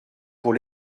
pour